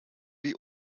wie